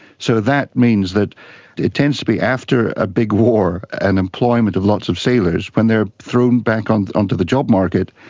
so that means that it tends to be after a big war and employment of lots of sailors, when they're thrown back onto onto the job market,